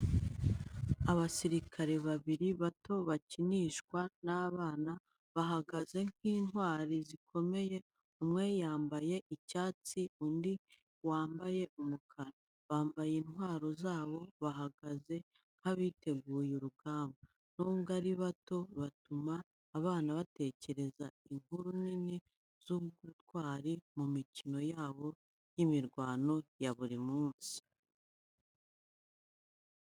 Abasirikare babiri bato bakinishwa n’abana bahagaze nk’intwari zikomeye, umwe wambaye icyatsi, undi wambaye umukara. Bambaye intwaro zabo, bahagaze nk’abiteguye urugamba. Nubwo ari bato, batuma abana batekereza inkuru nini z’ubutwari mu mikino yabo y’imirwano ya buri munsi.